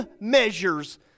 measures